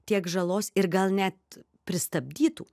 tiek žalos ir gal net pristabdytų